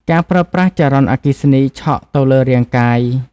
ការប្រើប្រាស់ចរន្តអគ្គិសនីឆក់ទៅលើរាងកាយ។